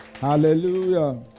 Hallelujah